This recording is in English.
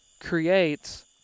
creates